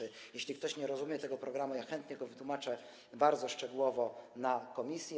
Jeśli ktoś nie rozumie tego programu, ja chętnie to wytłumaczę bardzo szczegółowo w komisji.